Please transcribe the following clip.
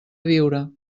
viure